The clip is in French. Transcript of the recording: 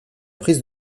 prises